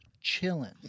Chilling